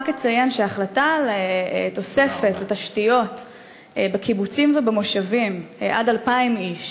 רק אציין שההחלטה על תוספת התשתיות בקיבוצים ובמושבים עד 2,000 איש